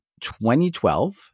2012